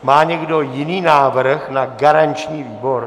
Má někdo jiný návrh na garanční výbor?